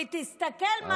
ותסתכל מה,